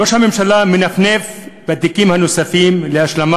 ראש הממשלה מנפנף בתיקים הנוספים להשלמה